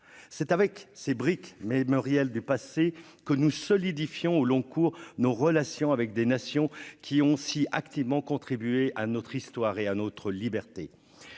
c'est avec ces briques mais Muriel du passé que nous solidifiant au long cours, nos relations avec des nations qui ont si activement contribué à notre histoire et à notre liberté,